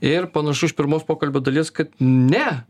ir panašu iš pirmos pokalbio dalies kad ne